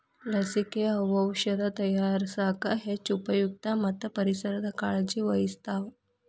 ಲಸಿಕೆ, ಔಔಷದ ತಯಾರಸಾಕ ಹೆಚ್ಚ ಉಪಯುಕ್ತ ಮತ್ತ ಪರಿಸರದ ಕಾಳಜಿ ವಹಿಸ್ತಾವ